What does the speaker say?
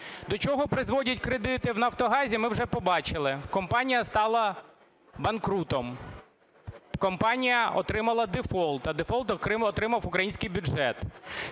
До чого призводять кредити в "Нафтогазі", ми вже побачили: компанія стала банкрутом, компанія отримала дефолт, а дефолт отримав український бюджет.